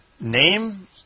Name